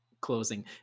closing